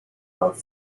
both